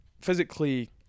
physically